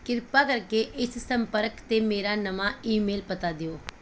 ਕਿਰਪਾ ਕਰਕੇ ਇਸ ਸੰਪਰਕ 'ਤੇ ਮੇਰਾ ਨਵਾਂ ਈਮੇਲ ਪਤਾ ਦਿਓ